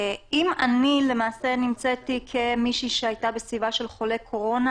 אם אני נמצאתי כמי שהייתה בסביבת חולה קורונה